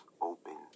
open